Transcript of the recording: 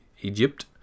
Egypt